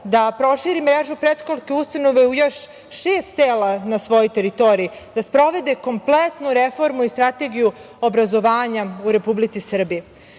da proširi mrežu predškolske ustanove u još šest sela na svojoj teritoriji, da sprovede kompletnu reformu i strategiju obrazovanja u Republici Srbiji. Ako